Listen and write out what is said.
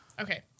Okay